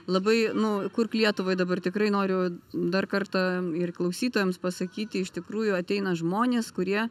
labai nu kurk lietuvai dabar tikrai noriu dar kartą ir klausytojams pasakyti iš tikrųjų ateina žmonės kurie